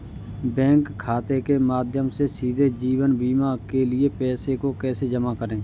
Bank खाते के माध्यम से सीधे जीवन बीमा के लिए पैसे को कैसे जमा करें?